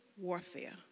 warfare